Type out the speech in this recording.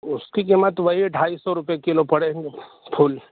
اس کی جمع تو وہی ہے ڈھائی سو روپیے کلو پڑے گے پھول